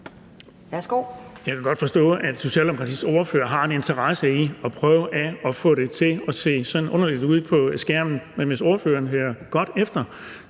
Jeg kan godt forstå, at Socialdemokratiets ordfører har en interesse i at prøve at få det til at se sådan underligt ud på skærmen, men hvis ordføreren hører godt efter,